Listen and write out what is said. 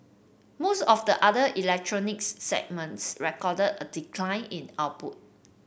most of the other electronics segments recorded a decline in output